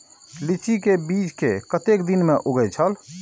लीची के बीज कै कतेक दिन में उगे छल?